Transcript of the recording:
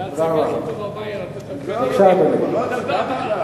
תודה רבה.